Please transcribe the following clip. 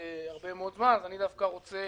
הרבה מאוד זמן, אז אני דווקא רוצה